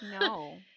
no